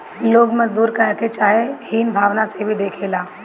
लोग मजदूर कहके चाहे हीन भावना से भी देखेला